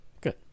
Good